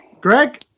Greg